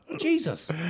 Jesus